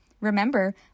remember